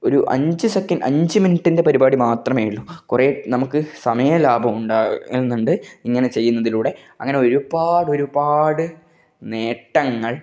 ഒരു അഞ്ച് സെക്കൻഡ് അഞ്ച് മിനിറ്റിന്റെ പരിപാടി മാത്രമേ ഉള്ളൂ കുറെ നമുക്ക് സമയം ലാഭാമുണ്ടാക്കുന്നുണ്ട് ഇങ്ങനെ ചെയ്യുന്നതിലൂടെ അങ്ങനെ ഒരുപാട് ഒരുപാട് നേട്ടങ്ങള്